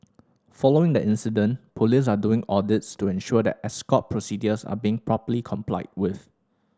following the incident police are doing audits to ensure that escort procedures are being properly complied with